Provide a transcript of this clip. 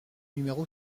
numéro